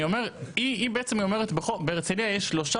אני אומר היא בעצם אומרת שבחוף בהרצליה יש שלושה